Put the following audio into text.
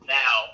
now